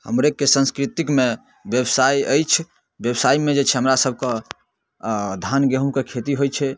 हमराके संस्कृतिकमे बेवसाइ अछि बेवसाइमे जे छै हमरासभके अऽ धान गेहूँके खेती होइ छै